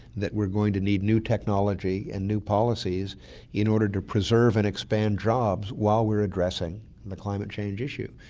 that we're going to need new technology and new policies in order to preserve and expand jobs while we're addressing the climate change issue.